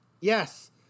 Yes